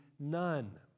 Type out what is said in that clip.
None